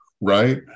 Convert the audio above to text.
Right